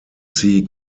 see